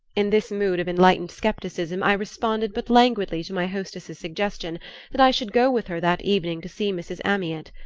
in this mood of enlightened skepticism i responded but languidly to my hostess's suggestion that i should go with her that evening to see mrs. amyot.